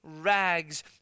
rags